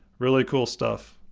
really cool stuff!